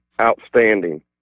outstanding